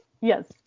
yes